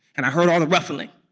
and i heard all the ruffling.